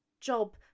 job